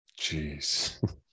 Jeez